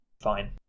Fine